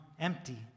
empty